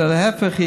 אלא להפך,